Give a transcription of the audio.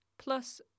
plus